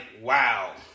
wow